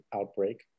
outbreak